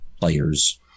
players